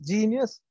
Genius